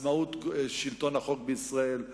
עצמאות שלטון החוק בישראל,